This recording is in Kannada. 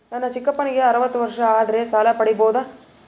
ನನ್ನ ಚಿಕ್ಕಪ್ಪನಿಗೆ ಅರವತ್ತು ವರ್ಷ ಆದರೆ ಸಾಲ ಪಡಿಬೋದ?